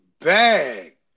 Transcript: bag